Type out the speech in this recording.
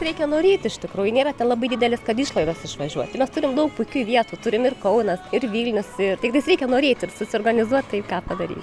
reikia norėti iš tikrųjų nėra ten labai didelės kad išlaidos išvažiuot tai mes turim daug puikių vietų turim ir kaunas ir vilnius ir tiktais reikia norėti ir susiorganizuot tai ką padary